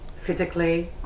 physically